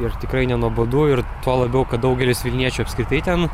ir tikrai nenuobodu ir tuo labiau kad daugelis vilniečių apskritai ten